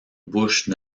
bouche